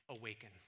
awaken